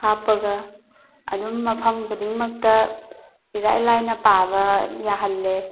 ꯍꯥꯞꯄꯒ ꯑꯗꯨꯝ ꯃꯐꯝ ꯈꯨꯗꯤꯡꯃꯛꯇ ꯏꯔꯥꯏ ꯂꯥꯏꯅ ꯄꯥꯕ ꯌꯥꯍꯜꯂꯦ